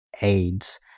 aids